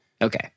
Okay